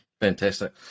Fantastic